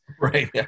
right